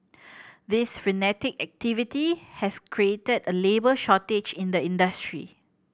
this frenetic activity has created a labour shortage in the industry